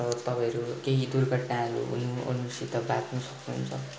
र तपाईँहरू केही दुर्घटनाहरू हुनु अर्नुसित बाँच्नु सक्नु हुन्छ